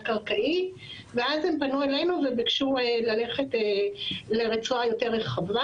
קרקעי ואז הם פנו אלינו וביקשו ללכת לרצועה יותר רחבה,